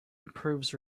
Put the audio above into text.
improves